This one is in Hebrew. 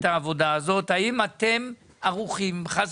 האם הארגונים הם חלק